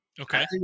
Okay